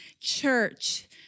church